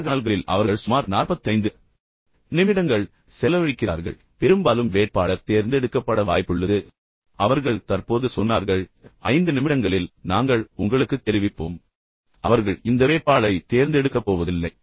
நேர்காணல்களில் அவர்கள் சுமார் 45 நிமிடங்கள் செலவழிக்கிறார்கள் என்பது உங்களுக்குத் தெரியும் பெரும்பாலும் வேட்பாளர் தேர்ந்தெடுக்கப்பட வாய்ப்புள்ளது அவர்கள் தற்போது சொன்னார்கள் 5 நிமிடங்களில் நாங்கள் உங்களுக்குத் தெரிவிப்போம் அவர்கள் இந்த வேட்பாளரைத் தேர்ந்தெடுக்கப் போவதில்லை